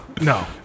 No